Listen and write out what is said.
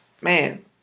man